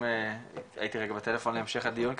הייתי רגע בטלפון להמשך הדיון,